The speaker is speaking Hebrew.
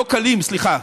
סליחה,